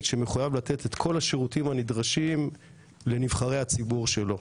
שחייב לתת את כל השירותים הנדרשים לנבחרי הציבור שלו,